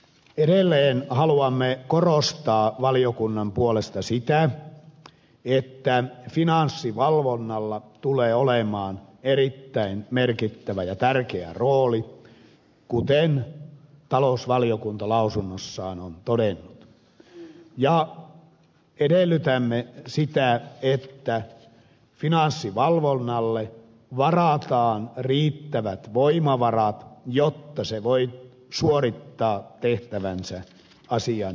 edelleen haluamme korostaa valiokunnan puolesta sitä että finanssivalvonnalla tulee olemaan erittäin merkittävä ja tärkeä rooli kuten talousvaliokunta lausunnossaan on todennut ja edellytämme sitä että finanssivalvonnalle varataan riittävät voimavarat jotta se voi suorittaa tehtävänsä asianmukaisesti